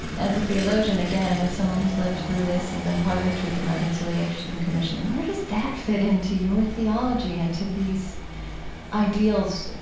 as a theologian, again, and as someone who's lived through this and been part of the truth and reconciliation commission, where does that fit into your theology and to these ideals